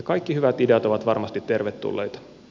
kaikki hyvät ideat ovat varmasti tervetulleita